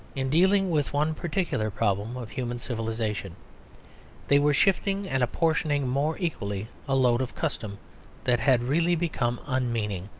in dealing with one particular problem of human civilisation they were shifting and apportioning more equally a load of custom that had really become unmeaning,